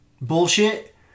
bullshit